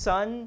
Son